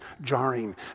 jarring